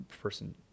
person